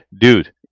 dude